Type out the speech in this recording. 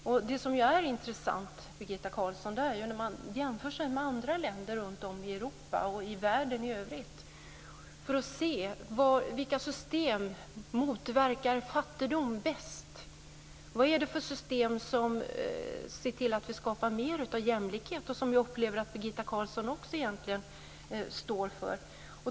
Det som är intressant, Birgitta Carlsson, är att jämföra med situationen i andra länder runtom i Europa och i världen i övrigt för att se vilka system som motverkar fattigdom bäst. Vad är det för system som ser till att vi skapar mer av jämlikhet, något som jag upplever att också Birgitta Carlsson står för?